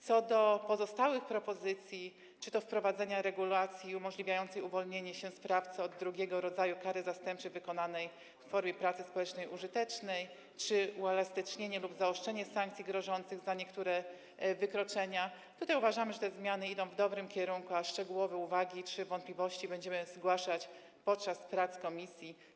Co do pozostałych propozycji dotyczących czy to wprowadzenia regulacji umożliwiającej uwolnienie się sprawcy od drugiego rodzaju kary zastępczej wykonywanej w formie pracy społecznie użytecznej, czy uelastycznienia lub zaostrzenia sankcji grożących za niektóre wykroczenia uważamy, że te zmiany idą w dobrym kierunku, a szczegółowe uwagi czy wątpliwości będziemy zgłaszać podczas prac w komisji.